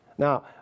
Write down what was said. Now